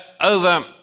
over